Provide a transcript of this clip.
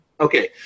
Okay